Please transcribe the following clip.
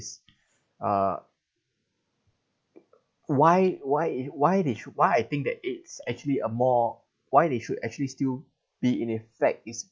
uh why why why they should why I think that it's actually a more why they should actually still be in effect is